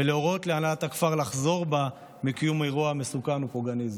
ולהורות להנהלת הכפר לחזור בה מקיום האירוע המסוכן והפוגעני הזה.